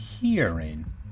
hearing